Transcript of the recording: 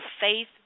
faith